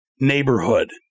neighborhood